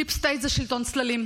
דיפ סטייט זה שלטון צללים,